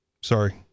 sorry